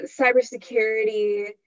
cybersecurity